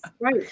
Right